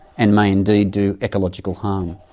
and may indeed do ecological harm.